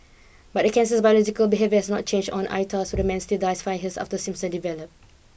but the cancer's biological behaviour not changed on so the man still dies five his after symptoms develop